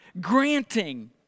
Granting